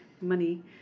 money